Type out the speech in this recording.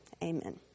Amen